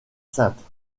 saintes